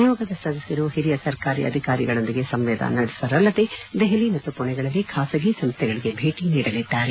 ನಿಯೋಗದ ಸದಸ್ವರು ಹಿರಿಯ ಸರ್ಕಾರಿ ಅಧಿಕಾರಿಗಳೊಂದಿಗೆ ಸಂವಾದ ನಡೆಸುವರಲ್ಲದೇ ದೆಹಲಿ ಮತ್ತು ಪುಣೆಗಳಲ್ಲಿ ಖಾಸಗಿ ಸಂಸ್ಥೆಗಳಿಗೆ ಭೇಟಿ ನೀಡಲಿದ್ದಾರೆ